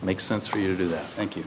makes sense for you to do that thank you